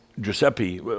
Giuseppe